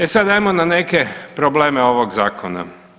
E sad ajmo na neke probleme ovog zakona.